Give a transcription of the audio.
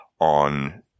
on